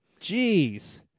Jeez